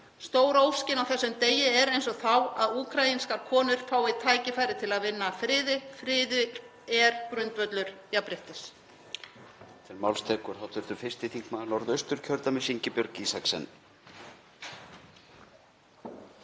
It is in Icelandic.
Stóra óskin á þessum degi er, eins og þá, að úkraínskar konur fái tækifæri til að vinna að friði. Friður er grundvöllur jafnréttis.